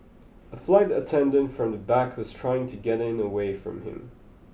a flight attendant from the back was trying to get it away from him